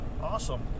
Awesome